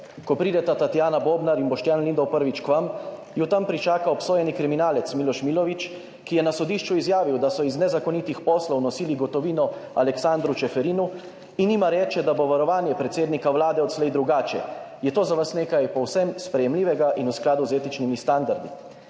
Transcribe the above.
Ko prideta Tatjana Bobnar in Boštjan Lindav prvič k vam, ju tam pričaka obsojeni kriminalec Miloš Milović, ki je na sodišču izjavil, da so iz nezakonitih poslov nosili gotovino Aleksandru Čeferinu, in jima reče, da bo varovanje predsednika Vlade odslej drugače. Je to za vas nekaj povsem sprejemljivega in v skladu z etičnimi standardi?